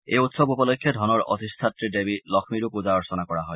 এই উৎসৱ উপলক্ষে ধনৰ অধিষ্ঠাত্ৰী দেৱী লক্ষ্মীৰো পূজা অৰ্চনা কৰা হয়